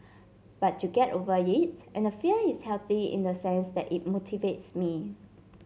but you get over it and the fear is healthy in the sense that it motivates me